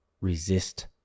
resist